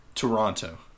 Toronto